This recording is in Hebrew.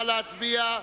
נא להצביע.